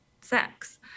sex